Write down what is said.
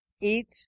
eat